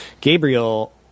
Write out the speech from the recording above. Gabriel